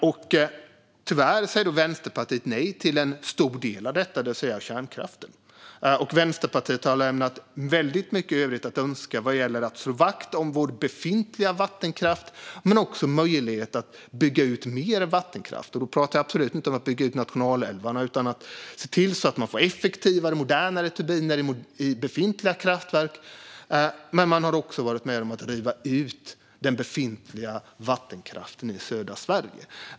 Tyvärr säger Vänsterpartiet nej till en stor del av detta, det vill säga kärnkraften. Vänsterpartiet lämnar också mycket i övrigt att önska vad gäller att slå vakt om Sveriges befintliga vattenkraft och möjligheten att bygga ut mer vattenkraft. Jag pratar inte om att bygga ut nationalälvarna, utan om att installera modernare och effektivare turbiner i befintliga kraftverk. Vänsterpartiet har också varit med på att riva ut den befintliga vattenkraften i södra Sverige.